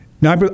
Now